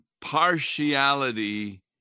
partiality